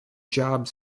jobs